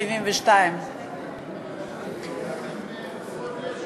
672. הן חסרות ישע.